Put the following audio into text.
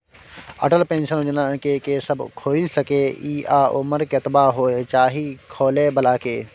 Atal pension योजना के के सब खोइल सके इ आ उमर कतबा होय चाही खोलै बला के?